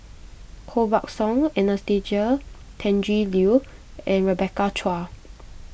Koh Buck Song Anastasia Tjendri Liew and Rebecca Chua